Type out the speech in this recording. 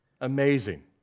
Amazing